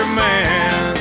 man